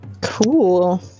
Cool